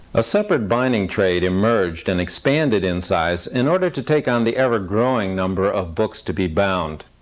a separate binding trade emerged and expanded in size in order to take on the ever-growing number of books to be bound.